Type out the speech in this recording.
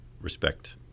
respect